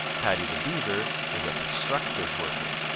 paddy the beaver is a constructive worker.